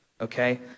Okay